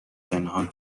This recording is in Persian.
پنهان